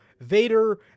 Vader